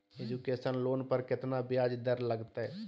Education loan पर केतना ब्याज दर लगतई?